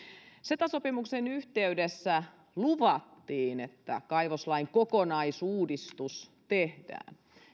ceta sopimuksen yhteydessä luvattiin että kaivoslain kokonaisuudistus tehdään